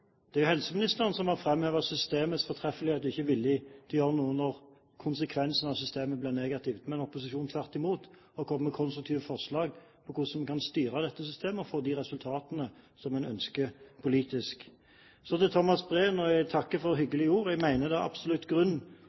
Det er jo helseministeren som har framhevet systemets fortreffelighet og ikke er villig til å gjøre noe, når konsekvensen av systemet blir negativ, og opposisjonen har tvert imot kommet med konstruktive forslag til hvordan en kan styre dette systemet og få de resultatene som en ønsker politisk. Så til Thomas Breen – og jeg takker for hyggelige ord: Jeg mener det er absolutt grunn